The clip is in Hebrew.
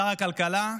שר הכלכלה,